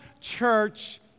church